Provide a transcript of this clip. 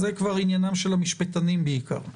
זה כבר עניינם של המשפטנים בעיקר.